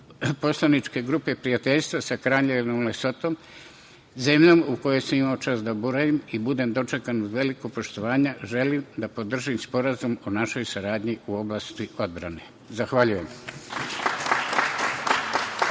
Poslaničke grupe prijateljstva sa Kraljevinom Lesotom, zemljom u kojom sam imao čast da boravim i budem dočekan uz veliko poštovanjem želim da podržim Sporazum o našoj saradnji u oblasti odbrane. Zahvaljujem.